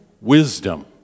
wisdom